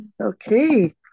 okay